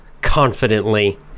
confidently